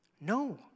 No